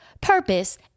purpose